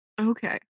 Okay